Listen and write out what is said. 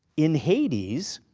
in hades,